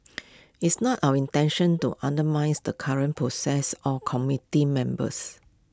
it's not our intention to undermines the current process or committee members